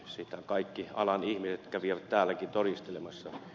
sitä kaikki alan ihmiset kävivät täälläkin todistelemassa